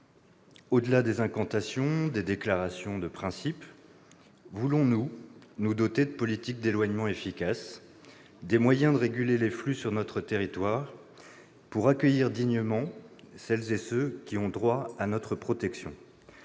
Au-delà des incantations, des déclarations de principe, voulons-nous doter notre pays de politiques d'éloignement efficaces, des moyens de réguler les flux sur notre territoire pour accueillir dignement celles et ceux qui ont droit à notre protection ?